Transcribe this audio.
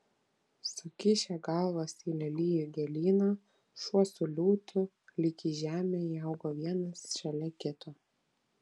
sukišę galvas į lelijų gėlyną šuo su liūtu lyg į žemę įaugo vienas šalia kito